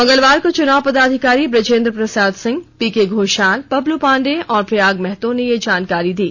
मंगलवार को चुनाव पदाधिकारी ब्रजेंद्र प्रसाद सिंह पीके घोषाल बबलू पांडेय व प्रयाग महतो ने यह जानकारी दी